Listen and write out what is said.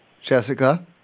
Jessica